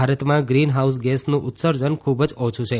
ભારતમાં greenhouse ગેસનું ઉત્સર્જન ખુબ જ ઓછુ છે